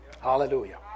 Hallelujah